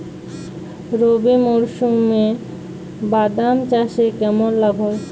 রবি মরশুমে বাদাম চাষে কেমন লাভ হয়?